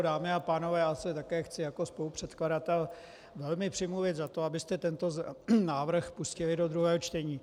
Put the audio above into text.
Dámy a pánové, já se také chci jako spolupředkladatel velmi přimluvit za to, abyste tento návrh pustili do druhého čtení.